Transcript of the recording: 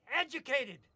educated